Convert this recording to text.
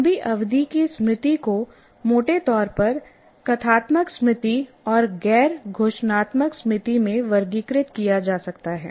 लंबी अवधि की स्मृति को मोटे तौर पर कथात्मक स्मृति और गैर घोषणात्मक स्मृति में वर्गीकृत किया जा सकता है